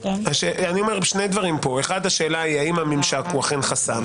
שני דברים: אחד, האם הוא באמת חסם.